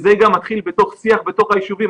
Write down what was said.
זה גם מתחיל בשיח בתוך היישובים.